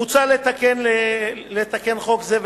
מוצע לתקן חוק זה,